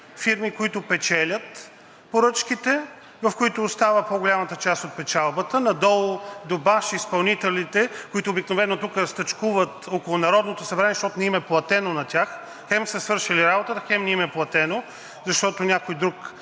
които печелят поръчките, в които остава по-голямата част от печалбата, надолу до баш изпълнителите, които обикновено тук стачкуват около Народното събрание, защото на тях не им е платено – хем са свършили работата, хем не им е платено, защото някой друг